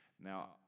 Now